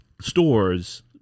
stores